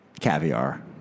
caviar